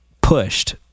pushed